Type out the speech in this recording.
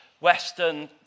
Western